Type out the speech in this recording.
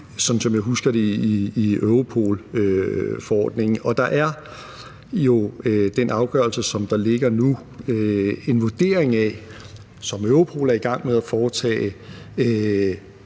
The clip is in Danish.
som jeg husker det i Europol-forordningen. Og der er jo med den afgørelse, som der ligger nu, en vurdering, som Europol er i gang med at foretage,